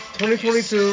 2022